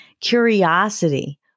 Curiosity